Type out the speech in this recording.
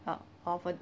of a